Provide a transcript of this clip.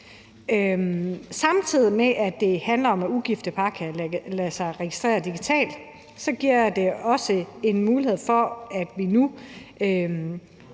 Samtidig med at det handler om, at ugifte par kan lade sig registrere digitalt, giver det en mulighed for, at vi nu